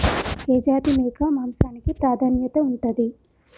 ఏ జాతి మేక మాంసానికి ప్రాధాన్యత ఉంటది?